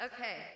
Okay